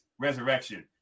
resurrection